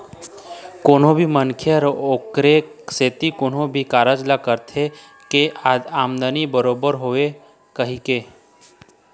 कोनो भी मनखे ह ओखरे सेती कोनो भी कारज ल करथे के आमदानी बरोबर होवय कहिके